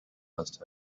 must